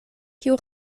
kiu